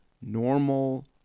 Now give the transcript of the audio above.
normal